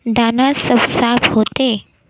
दाना सब साफ होते?